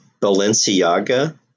Balenciaga